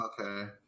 Okay